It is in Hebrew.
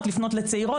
לשילוב נשים,